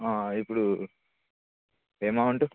ఇప్పుడు అమౌంట్